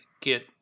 get